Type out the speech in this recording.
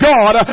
God